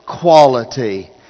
quality